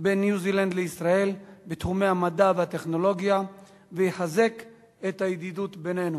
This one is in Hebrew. בין ניו-זילנד לישראל בתחומי המדע והטכנולוגיה ויחזק את הידידות בינינו.